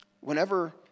Whenever